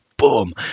Boom